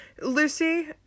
Lucy